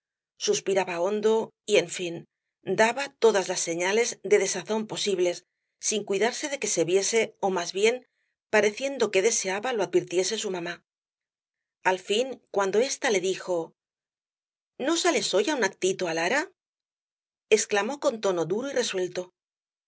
suspiraba hondo y en fin daba todas las señales de desazón posibles sin cuidarse de que se viese ó más bien pareciendo que deseaba lo advirtiese su mamá al fin cuando ésta le dijo no sales hoy á un actito á lara exclamó con tono duro y resuelto